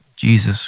Jesus